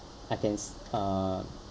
I can s~ uh